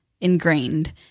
ingrained